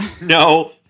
No